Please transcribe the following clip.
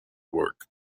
work